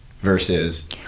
versus